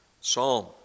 psalm